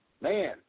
man